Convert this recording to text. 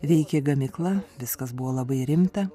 veikė gamykla viskas buvo labai rimta